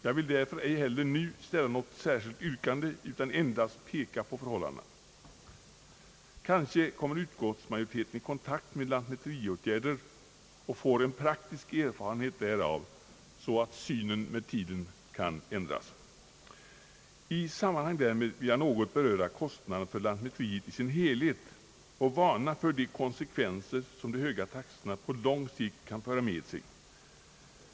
Jag vill därför ej heller nu ställa något särskilt yrkande, utan endast peka på förhållandena. Kanske kommer utskottsmajoriteten i kontakt med lantmäteriåtgärder och får en praktisk erfarenhet därav, så att synen på dessa frågor med tiden kan ändras. I sammanhang därmed vill jag något beröra kostnaderna för lantmäteriet i sin helhet och varna för de konsekvenser, som de höga taxorna på lång sikt kan föra med sig.